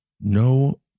no